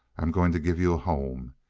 i'm going to give you a home!